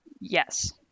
Yes